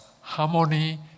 harmony